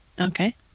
Okay